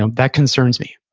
um that concerns me.